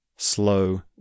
slow